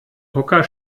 hocker